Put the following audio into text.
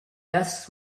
desks